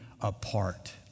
apart